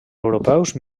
europeus